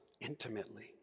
intimately